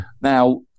Now